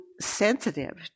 sensitive